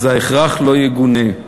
אז ההכרח לא יגונה.